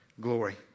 glory